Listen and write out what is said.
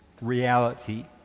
reality